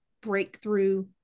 breakthrough